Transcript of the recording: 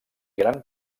gran